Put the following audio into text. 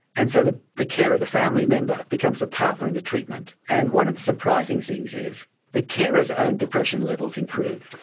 and so the the carer, the family member, becomes a partner in the treatment, and one of the surprising things is the carer's own depression levels improve.